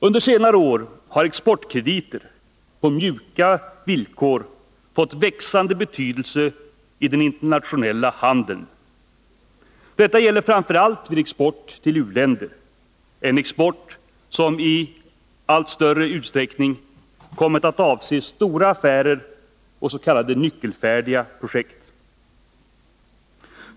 Under senare år har exportkrediter på mjuka villkor fått växande betydelse i den internationella handeln. Detta gäller framför allt vid export till u-länder — en export som i allt större utsträckning kommit att avse stora affärer och s.k. nyckelfärdiga projekt.